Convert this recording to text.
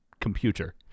computer